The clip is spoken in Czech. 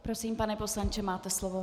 Prosím, pane poslanče, máte slovo.